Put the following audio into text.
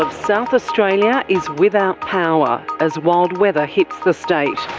ah south australia is without power as wild weather hits the state